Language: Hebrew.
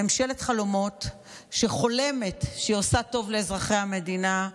ממשלת חלומות שחולמת שהיא עושה טוב לאזרחי המדינה,